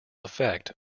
effect